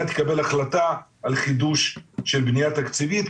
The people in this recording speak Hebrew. תקבל החלטה על חידוש של בנייה תקציבית,